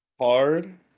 Hard